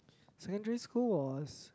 secondary school was